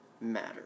matter